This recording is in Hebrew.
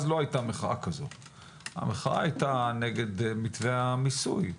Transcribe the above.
אז המחאה היתה נגד מתווה המיסוי.